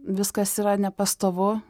viskas yra nepastovu